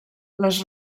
les